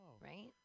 Right